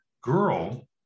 girl